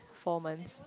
four months